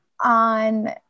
on